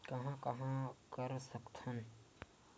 कहां कहां कर सकथन?